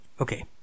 Okay